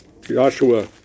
Joshua